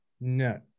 No